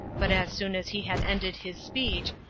but as soon as he had ended his speech,